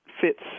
fits